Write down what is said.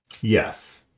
Yes